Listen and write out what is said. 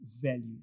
value